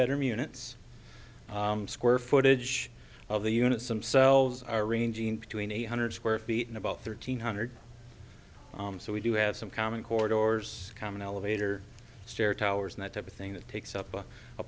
me units square footage of the units themselves are ranging between a hundred square feet and about thirteen hundred so we do have some common core doors common elevator stair towers and that type of thing that takes up a